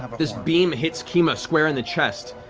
ah but this beam hits kima square in the chest,